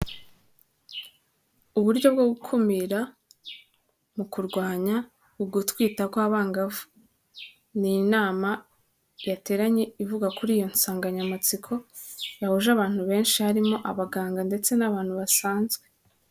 Uburyo bwo gukumira mu kurwanya ugutwita kw'abangavu. Ni inama yateranye ivuga kuri iyo nsanganyamatsiko yahuje abantu benshi harimo abaganga ndetse n'abantu basanzwe.